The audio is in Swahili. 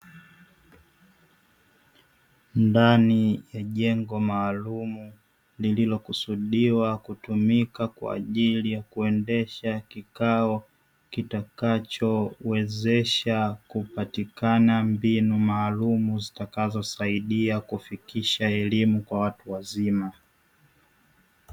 Ndani ya jengo maalumu lililokusudiwa kutumika kwa ajili ya kuendesha kikao kitakachowezesha, kupatikana mbinu maalumu zitakazosaidia kufikisha elimu kwa watu wazima.